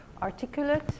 articulate